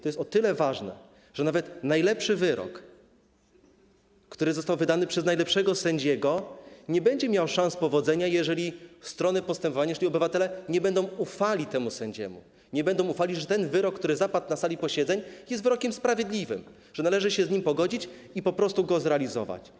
To jest o tyle ważne, że nawet najlepszy wyrok, który został wydany przez najlepszego sędziego, nie będzie miał szans powodzenia, jeżeli strony postępowania, czyli obywatele, nie będą ufały temu sędziemu, nie będą ufały, że wyrok, który zapadł na sali posiedzeń, jest wyrokiem sprawiedliwym, że należy się z nim pogodzić i po prostu go zrealizować.